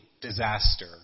disaster